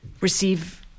receive